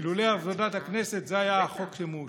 אילולא עבודת הכנסת זה היה החוק שמאושר.